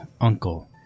uncle